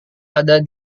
ada